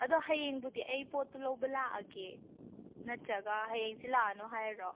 ꯑꯗꯣ ꯍꯌꯦꯡꯕꯨꯗꯤ ꯑꯩ ꯄꯣꯠꯇꯨ ꯂꯧꯕ ꯂꯥꯛꯑꯒꯦ ꯅꯠꯇ꯭ꯔꯒ ꯍꯌꯦꯡꯁꯤ ꯂꯥꯛꯑꯅꯨ ꯍꯥꯏꯔꯣ